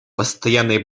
постоянной